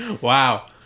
Wow